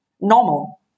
normal